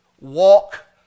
walk